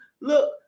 look